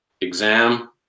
exam